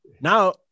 now